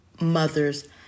mothers